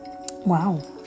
Wow